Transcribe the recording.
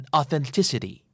authenticity